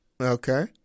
Okay